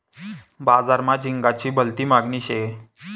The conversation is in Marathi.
बजार मा झिंगाची भलती मागनी शे